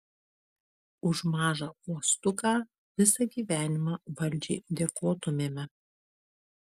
už mažą uostuką visą gyvenimą valdžiai dėkotumėme